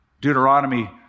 Deuteronomy